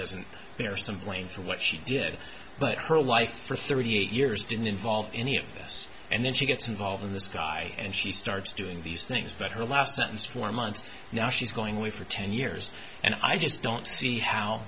doesn't bear some blame for what she did but her life for thirty eight years didn't involve any of this and then she gets involved in this guy and she starts doing these things but her last sentence for months now she's going away for ten years and i just don't see how